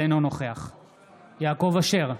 אינו נוכח יעקב אשר,